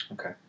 Okay